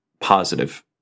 positive